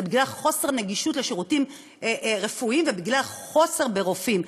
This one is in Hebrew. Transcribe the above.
זה בגלל חוסר נגישות לשירותים רפואיים ובגלל חוסר ברופאים.